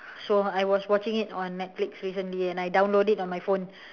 so I was watching it on netflix recently and I download it on my phone